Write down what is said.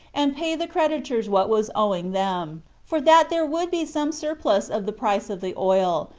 and pay the creditors what was owing them, for that there would be some surplus of the price of the oil,